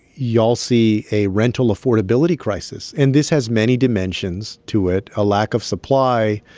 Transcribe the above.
you all see a rental affordability crisis. and this has many dimensions to it a lack of supply,